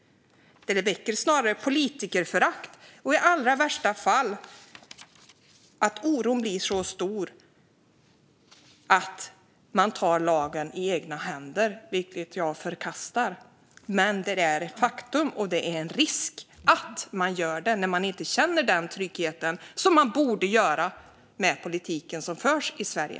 Det väcker snarare politikerförakt. I allra värsta fall blir oron så stor att man tar lagen i egna händer, vilket jag förkastar. Men det är ett faktum, och det finns en risk att man gör det när man inte känner den trygghet som man borde känna med politiken som förs i Sverige.